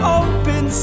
open